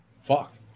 Fuck